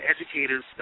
educators